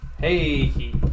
Hey